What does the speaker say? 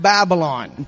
Babylon